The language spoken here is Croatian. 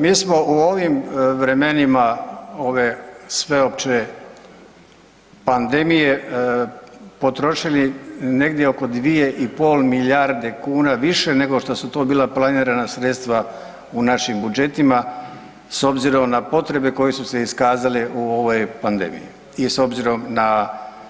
Mi smo u ovim vremenima ove sveopće pandemije potrošili negdje oko dvije i pol milijarde kuna više nego što su to bila planirana sredstva u našim budžetima s obzirom na potrebe koje su se iskazale u ovoj pandemiji i s obzirom na